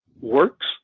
works